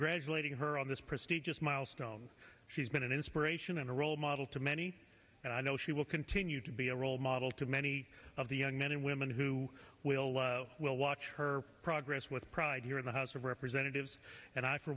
congratulating her on this prestigious milestone she's been an inspiration and a role model to many and i know she will continue to be a role model to many of the young men and women who will watch her progress with pride here in the house of representatives and i for